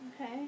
Okay